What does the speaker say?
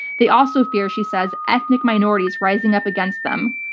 they also fear, she says, ethnic minorities rising up against them,